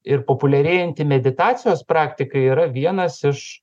ir populiarėjanti meditacijos praktika yra vienas iš